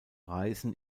reisen